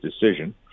decision